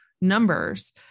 numbers